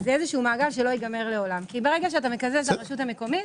הוא לא ייגמר לעולם כי ברגע שאתה מקזז לרשות המקומית,